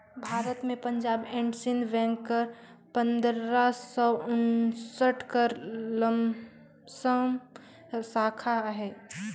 भारत में Punjab and Sind bank कर पंदरा सव उन्सठ कर लमसम साखा अहे